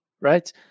right